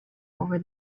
over